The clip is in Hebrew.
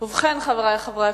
12,